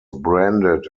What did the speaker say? branded